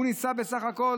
בסך הכול